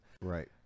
Right